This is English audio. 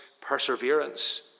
perseverance